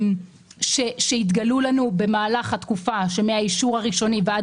שהתגלו במהלך התקופה שהאישור הראשוני ועד